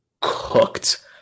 cooked